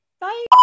bye